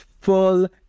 full